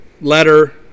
letter